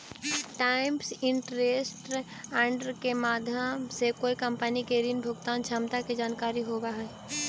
times interest earned के माध्यम से कोई कंपनी के ऋण भुगतान क्षमता के जानकारी होवऽ हई